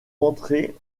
rentrer